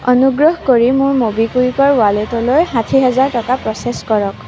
অনুগ্ৰহ কৰি মোৰ ম'বিকুইকৰ ৱালেটলৈ ষাঠি হাজাৰ টকা প্ৰচেছ কৰক